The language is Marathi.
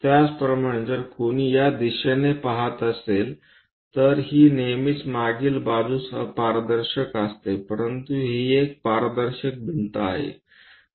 त्याचप्रमाणे जर कोणी या दिशेने पहात असेल तर ही नेहमीच मागील बाजूस अपारदर्शक असते परंतु ही एक पारदर्शक भिंत आहे